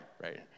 right